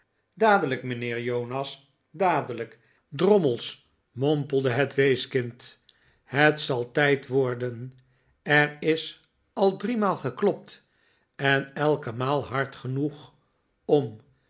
dadelijk mijnheer jonas dadelijk drommels mompelde het weeskind het zal tijd worden er is al driemaal geklopt en elke maal hard genoeg om